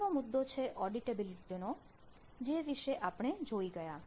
પછીનો મુદ્દો છે ઓડિટેબિલિટી નો જે વિશે આપણે જોઈ ગયા